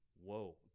whoa